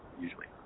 usually